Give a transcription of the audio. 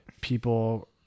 people